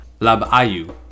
Labayu